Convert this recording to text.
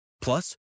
Plus